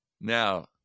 Now